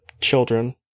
children